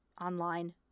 online